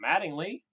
Mattingly